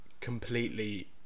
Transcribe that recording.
completely